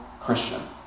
Christian